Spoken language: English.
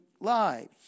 lives